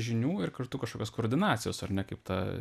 žinių ir kartu kažkokios koordinacijos ar ne kaip ta